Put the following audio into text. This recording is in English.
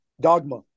dogma